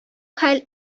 хәл